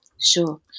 Sure